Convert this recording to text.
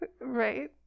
Right